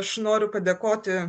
aš noriu padėkoti